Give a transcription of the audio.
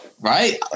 right